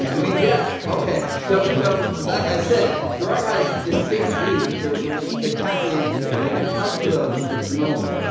it means yes? ok so so, like i said, gerard has distinct views which are which are spectacularly interesting. we are going to come to those in just a moment.